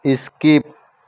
skip